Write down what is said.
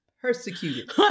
persecuted